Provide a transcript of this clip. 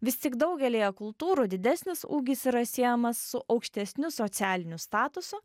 vis tik daugelyje kultūrų didesnis ūgis yra siejamas su aukštesniu socialiniu statusu